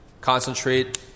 concentrate